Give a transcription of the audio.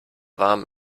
warm